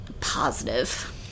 Positive